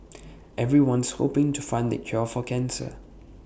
everyone's hoping to find the cure for cancer